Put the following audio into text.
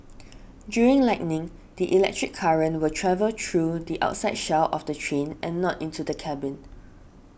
during lightning the electric current will travel through the outside shell of the train and not into the cabin